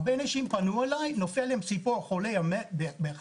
הרבה אנשים פנו אליי שנפלה להם ציפור חולה בחצר,